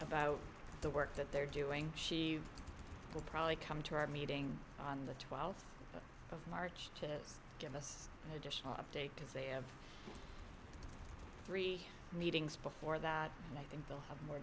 about the work that they're doing she will probably come to our meeting on the twelfth of march to give us an additional update because they have three meetings before that and i think we'll have more